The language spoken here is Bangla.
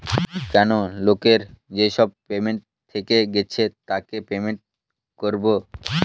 কেনো লোকের যেসব পেমেন্ট থেকে গেছে তাকে পেমেন্ট করবো